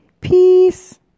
Peace